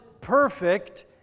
perfect